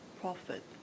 profit